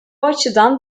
açıdan